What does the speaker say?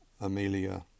Amelia